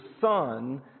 Son